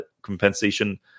compensation